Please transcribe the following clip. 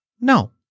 No